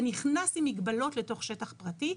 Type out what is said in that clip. אתה נכנס עם מגבלות לתוך שטח פרטי,